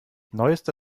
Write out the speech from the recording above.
neueste